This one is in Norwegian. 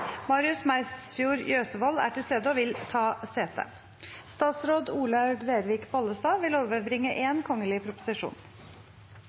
Marius Meisfjord Jøsevold er til stede og vil ta sete. Representanten Espen Barth Eide vil